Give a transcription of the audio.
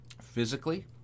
physically